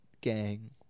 gang